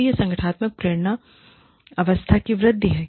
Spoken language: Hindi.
तो यह संगठनात्मक प्रेरणा अवस्था की वृद्धि है